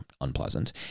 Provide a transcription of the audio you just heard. unpleasant